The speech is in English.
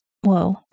Whoa